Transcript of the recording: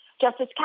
Justice